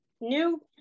New